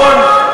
נכון,